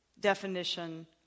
definition